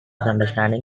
understanding